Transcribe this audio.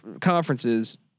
conferences